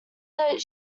that